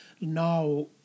now